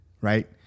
right